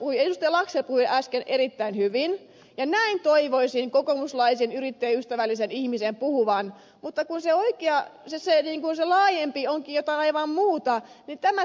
laxell puhui äsken erittäin hyvin näin toivoisin kokoomuslaisen yrittäjäystävällisen ihmisen puhuvan mutta kun se oikea laajempi onkin jotain aivan muuta niin tämä tekee myös surulliseksi